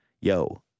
Yo